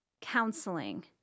counseling